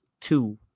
two